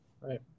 Right